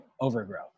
overgrowth